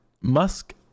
Musk